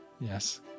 Yes